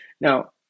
Now